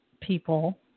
people